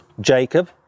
Jacob